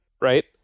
right